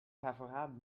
favorable